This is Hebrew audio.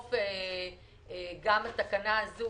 בסוף גם התקנה הזו